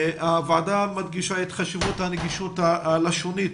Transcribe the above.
הוועדה מדגישה את חשיבות הנגישות הלשונית